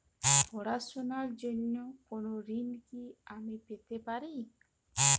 পড়াশোনা র জন্য কোনো ঋণ কি আমি পেতে পারি?